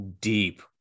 deep